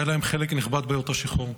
והיה להם חלק נכבד באותו שחרור.